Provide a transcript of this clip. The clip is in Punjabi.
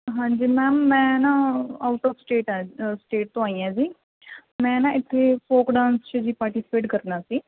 ਹਾਂਜੀ ਮੈਮ ਮੈਂ ਨਾ ਆਊਟ ਆਫ ਸਟੇਟ ਹਾਂ ਸਟੇਟ ਤੋਂ ਆਈ ਹਾਂ ਜੀ ਮੈਂ ਨਾ ਇੱਥੇ ਫੋਕ ਡਾਂਸ 'ਚ ਜੀ ਪਰਟੀਸੀਪੇਟ ਕਰਨਾ ਸੀ